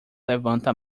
levanta